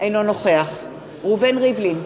אינו נוכח ראובן ריבלין,